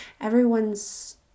everyone's